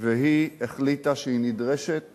והיא החליטה שהיא נדרשת